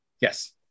Yes